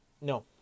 No